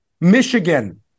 Michigan